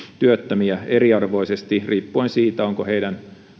työttömiä eriarvoisesti riippuen siitä onko heidän